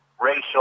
racial